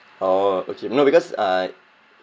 oh okay no because uh